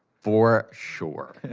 for sure. and